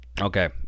okay